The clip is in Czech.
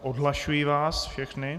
Odhlašuji vás všechny.